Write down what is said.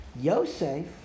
Yosef